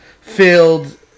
filled